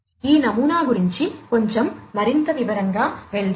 ఈ నమూనా గురించి కొంచెం మరింత వివరంగా వెళ్దాం